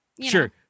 sure